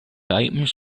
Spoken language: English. items